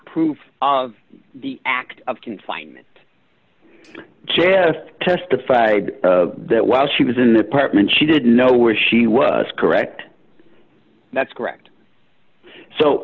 proof of the act of confinement gest testified that while she was in the apartment she didn't know where she was correct that's correct so